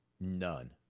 None